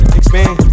expand